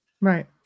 right